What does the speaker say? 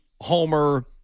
homer